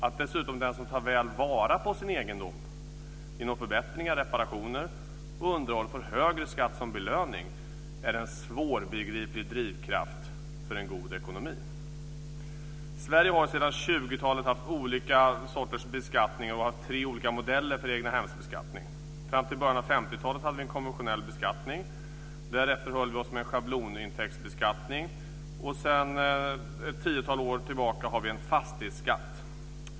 Att dessutom den som tar väl vara på sin egendom genom förbättringar, reparationer och underhåll får högre skatt som belöning är en svårbegriplig drivkraft för en god ekonomi. Sverige har sedan 20-talet haft olika sorters beskattning och tre olika modeller för egnahemsbeskattning. Fram till början av 50-talet hade vi en konventionell beskattning. Därefter höll vi oss med en schablonintäktsbeskattning. Sedan ett tiotal år tillbaka har vi en fastighetsskatt.